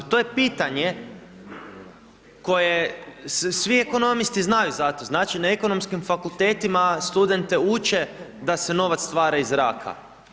To je pitanje koje svi ekonomisti znaju za to, znači na ekonomskim fakultetima, studente uče da se novac stvara iz zraka.